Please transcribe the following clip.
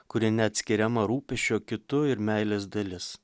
kuri neatskiriama rūpesčio kitu ir meilės dalis